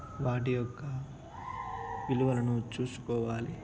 వాటి యొక్క విలువలను చూసుకోవాలి